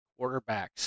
quarterbacks